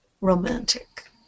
romantic